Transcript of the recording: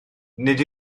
nid